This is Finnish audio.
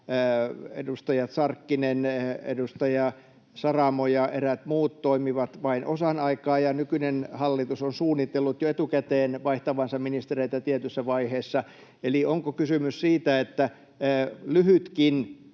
edustaja Sarkkinen, edustaja Saramo ja eräät muut toimivat vain osan aikaa ja nykyinen hallitus on suunnitellut jo etukäteen vaihtavansa ministereitä tietyssä vaiheessa. Eli onko kysymys siitä, että lyhytkin